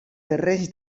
terrenys